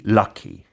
lucky